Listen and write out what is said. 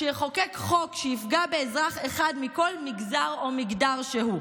יחוקק חוק שיפגע באזרח אחד מכל מגזר או מגדר שהוא.